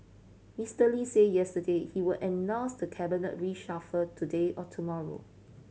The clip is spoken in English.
Mister Lee say yesterday he will announce the cabinet reshuffle today or tomorrow